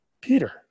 Peter